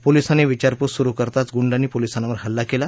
पोलिसांनी विचारपूस सुरु करताच गुंडांनी पोलिसांवर हल्ला केला